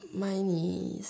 my